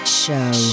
show